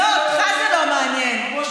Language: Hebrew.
הקיבוצים לא מעניינים אותך?